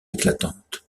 éclatante